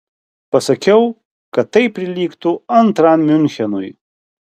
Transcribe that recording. pasakiau kad tai prilygtų antram miunchenui